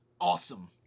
awesome